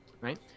right